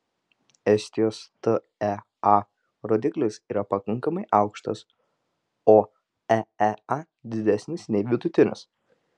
estijos tea rodiklis yra pakankamai aukštas o eea didesnis nei vidutinis